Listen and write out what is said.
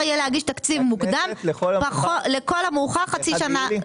להגיש תקציב מוקדם לכל המאוחר חצי שנה.